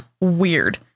weird